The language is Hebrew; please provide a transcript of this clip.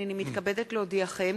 הנני מתכבדת להודיעכם,